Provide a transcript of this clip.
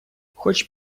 хоть